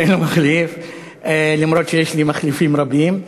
שאין לו מחליף, למרות שיש לי מחליפים רבים.